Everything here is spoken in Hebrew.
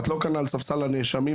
את לא כאן על ספסל הנאשמים.